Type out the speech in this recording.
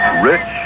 Rich